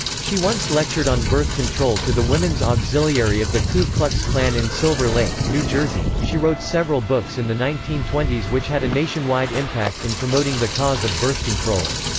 she once lectured on birth control to the women's auxiliary of the ku klux klan in silver lake, new jersey she wrote several books in the nineteen twenty s which had a nationwide impact in promoting the cause of birth control.